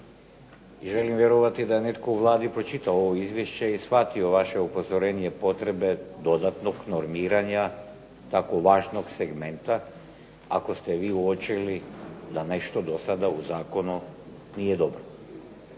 i želim vjerovati da je netko u Vladi pročitao ovo izvješće i shvatio vaše upozorenje potrebe dodatnog normiranja tako važnog segmenta, ako ste vi uočili da nešto do sada u zakonu nije dobro,